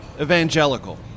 Evangelical